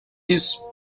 east